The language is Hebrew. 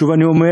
שוב אני אומר,